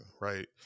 right